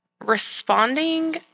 responding